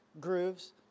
grooves